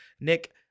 Nick